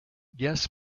guests